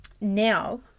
Now